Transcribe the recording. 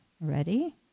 Ready